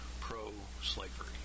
pro-slavery